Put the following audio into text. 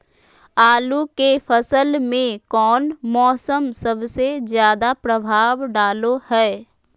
आलू के फसल में कौन मौसम सबसे ज्यादा प्रभाव डालो हय?